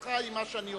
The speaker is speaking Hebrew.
זכותך היא מה שאני אומר.